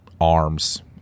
arms